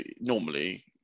normally